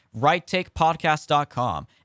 righttakepodcast.com